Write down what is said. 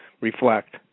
reflect